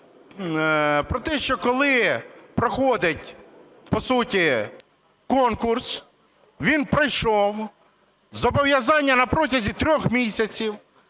того, що коли проходить, по суті, конкурс, він пройшов, зобов'язання на протязі трьох місяців,